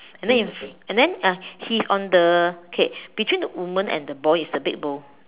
and then if and then uh he's on the okay between the woman and the boy is the big bowl